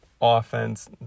offense